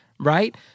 Right